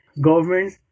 government